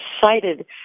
cited